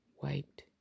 wiped